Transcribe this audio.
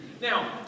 Now